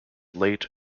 late